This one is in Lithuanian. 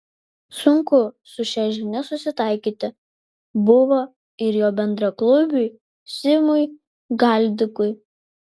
sunku su šia žinia susitaikyti buvo ir jo bendraklubiui simui galdikui